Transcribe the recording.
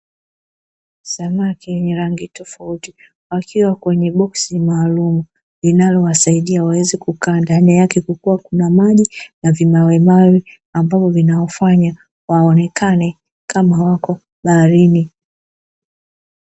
Samaki wenye rangi tofauti, wakiwa kwenye boksi maalumu linalowasaidia waweze kukaa. Ndani yake kukiwa kuna maji na vimawe mawe ambavyo vinawafanya waonekane kama wako baharini.